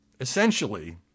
essentially